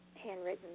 handwritten